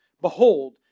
Behold